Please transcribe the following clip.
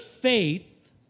faith